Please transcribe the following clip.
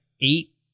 eight